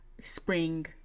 spring